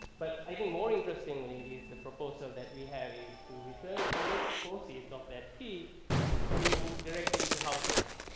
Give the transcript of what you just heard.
but i think more interestingly is the proposal that we have to return all proceeds of that fee to directly to households.